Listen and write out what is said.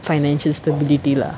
financial stability lah